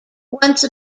once